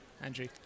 Andrew